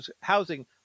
housing